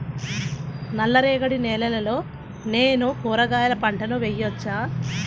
నల్ల రేగడి నేలలో నేను కూరగాయల పంటను వేయచ్చా?